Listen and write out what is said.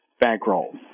bankroll